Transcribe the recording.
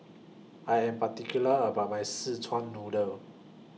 I Am particular about My Szechuan Noodle